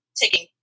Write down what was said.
taking